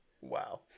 Wow